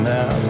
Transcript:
Now